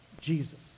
Jesus